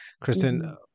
Kristen